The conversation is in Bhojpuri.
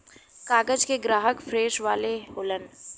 कागज के ग्राहक प्रेस वाले होलन